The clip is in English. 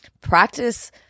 practice